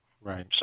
Right